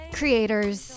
creators